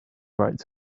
writes